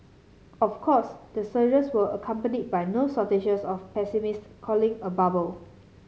of course the surges were accompanied by no shortage of pessimists calling a bubble